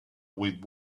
with